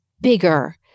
bigger